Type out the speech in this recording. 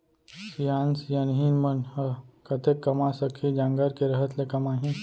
सियान सियनहिन मन ह कतेक कमा सकही, जांगर के रहत ले कमाही